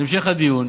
להמשך הדיון.